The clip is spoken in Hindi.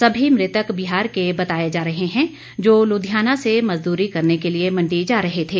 सभी मृतक बिहार के बताए जा रहे हैं जो लुधियाना से मजदूरी करने के लिए मंडी जा रहे थे